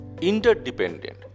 interdependent